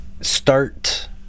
start